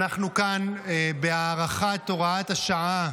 אנחנו כאן בהארכת הוראת השעה,